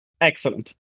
Excellent